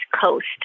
Coast